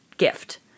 gift